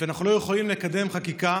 הוא שאנחנו לא יכולים לקדם חקיקה.